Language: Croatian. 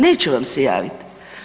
Neće vam se javiti.